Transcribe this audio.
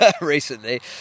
recently